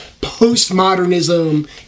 postmodernism